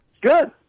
Good